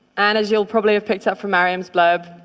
and as you'll probably have picked up from maryam's blurb,